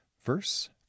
Verse